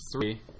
three